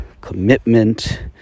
commitment